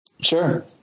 Sure